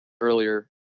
earlier